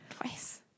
twice